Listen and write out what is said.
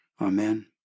Amen